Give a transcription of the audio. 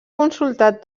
consultat